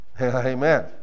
Amen